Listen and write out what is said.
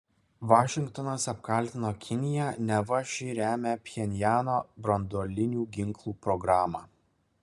vašingtonas apkaltino kiniją neva ši remia pchenjano branduolinių ginklų programą